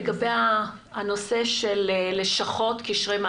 כי רציתי להעלות את מוטי לגבי השאלה של לשכת המעסיקים.